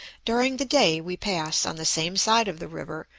during the day we pass, on the same side of the river,